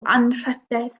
anrhydedd